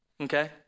Okay